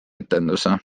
etenduse